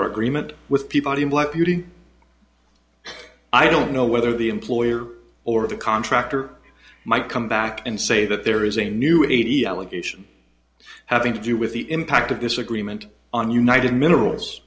beauty i don't know whether the employer or the contractor might come back and say that there is a new eighty allegation having to do with the impact of disagreement on united minerals